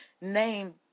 name